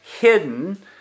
hidden